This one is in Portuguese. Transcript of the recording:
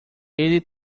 ele